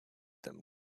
them